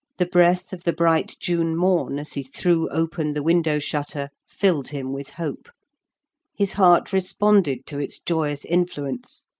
the breath of the bright june morn as he threw open the window-shutter filled him with hope his heart responded to its joyous influence.